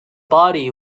body